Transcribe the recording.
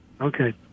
Okay